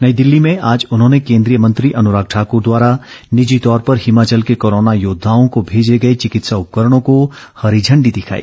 नई दिल्ली में आज उन्होंने केन्द्रीय मंत्री अनुराग ठाकर द्वारा निजी तौर पर हिमाचल के कोरोना योद्धाओं को भेजे गए चिकित्सा उपकरणों को हरी झण्डी दिखाई